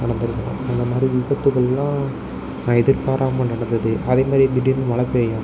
நடந்திருக்கும் அந்த மாதிரி விபத்துகள்லாம் நான் எதிர்பாராமல் நடந்தது அதே மாதிரி திடீர்னு மழைப்பேயும்